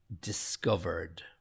discovered